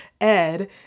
Ed